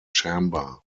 chamber